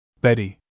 Betty